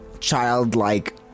Childlike